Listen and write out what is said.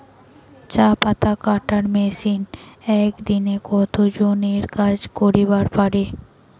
চা পাতা কাটার মেশিন এক দিনে কতজন এর কাজ করিবার পারে?